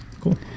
Cool